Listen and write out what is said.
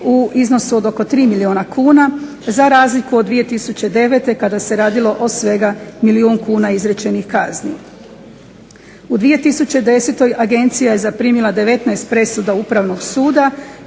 u iznosu od oko 3 milijuna kuna za razliku od 2009. kada se radilo o svega milijun kuna izrečenih kazni. U 2010. agencija je zaprimila 19 presuda Upravnog suda